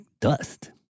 dust